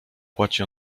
płaci